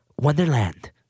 Wonderland